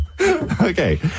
Okay